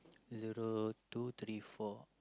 zero two three four